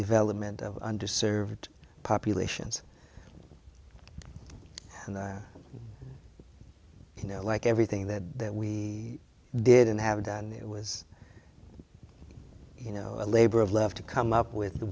development of underserved populations and i you know like everything that that we did and have done it was you know a labor of love to come up with the